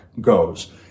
goes